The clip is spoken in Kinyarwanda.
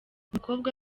umukobwa